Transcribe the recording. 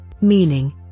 meaning